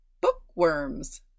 Bookworms